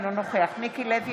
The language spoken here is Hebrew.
אינו נוכח מיקי לוי,